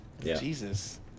Jesus